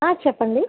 చెప్పండి